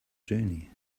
journey